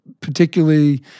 particularly